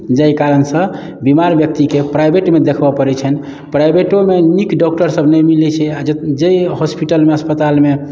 जाहि कारण सऽ बीमार व्यक्ति के प्राइवेट मे देखबऽ पड़ै छनि प्राइवेटो मे नीक डॉक्टर सब नहि मिलै छै आ जाहि हॉस्पिटल मे अस्पताल मे